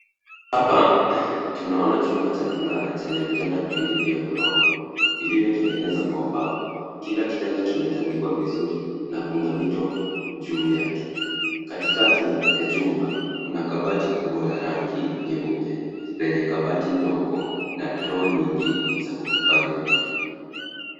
Hapa tunaona chumba cha kulala chenye vitanda viwili vya ghorofa, vilivyo tengenezwa kwa mbao. Kila kitanda kimetandikwa vizuri, na kuna mito juu yake. Katikati ya chumba, kuna kabati kubwa la rangi nyeupe, lenye kabati ndogo na droo nyingi za kuhifadhi vitu.